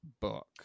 book